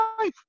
life